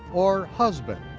or husband,